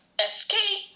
SK